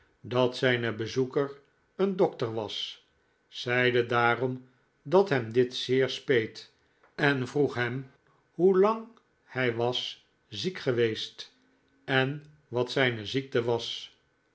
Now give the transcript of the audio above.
dat zijne bezoeker een dokter was zeide daarom dat hem dit zeer speet en vroeg hem hoelang hij was ziek geweest en wat zijne ziekte was